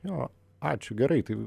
jo ačiū gerai tai